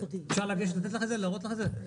אפשר לגשת לתת לך את זה, להראות לך את זה?